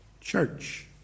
church